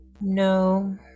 No